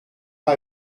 pas